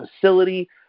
facility